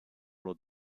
los